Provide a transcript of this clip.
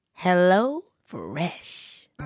HelloFresh